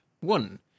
One